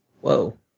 Whoa